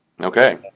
Okay